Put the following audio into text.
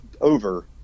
over